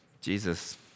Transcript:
Jesus